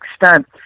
extent